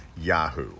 yahoo